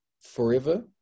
Forever